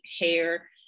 hair